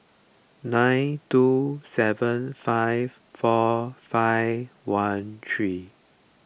nine two seven five four five one three